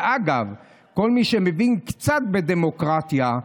אגב, כל מי שמבין קצת בדמוקרטיה,